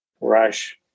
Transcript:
rush